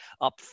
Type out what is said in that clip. up